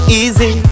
easy